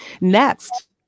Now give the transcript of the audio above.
Next